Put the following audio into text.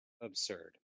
absurd